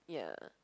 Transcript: ya